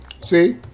see